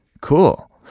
Cool